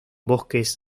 bosques